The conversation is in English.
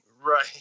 Right